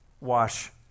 Wash